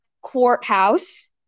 courthouse